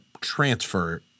transfer—